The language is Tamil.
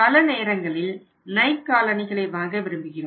பல நேரங்களில் நைக் காலணிகளை வாங்க விரும்புகிறோம்